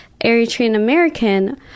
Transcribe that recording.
Eritrean-American